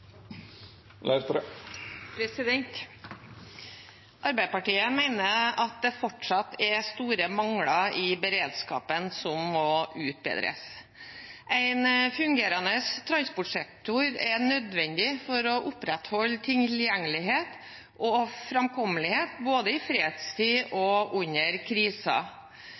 at det fortsatt er store mangler i beredskapen som må utbedres. En fungerende transportsektor er nødvendig for å opprettholde tilgjengelighet og framkommelighet, både i fredstid og under